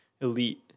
elite